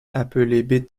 appelés